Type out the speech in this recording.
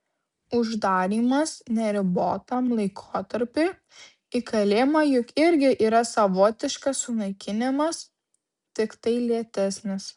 uždarymas neribotam laikotarpiui į kalėjimą juk irgi yra savotiškas sunaikinimas tiktai lėtesnis